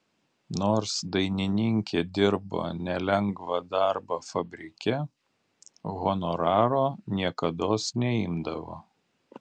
nors dainininkė dirbo nelengvą darbą fabrike honoraro niekados neimdavo